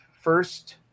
first